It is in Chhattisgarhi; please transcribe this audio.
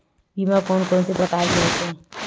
बीमा कोन कोन से प्रकार के होथे?